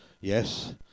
Yes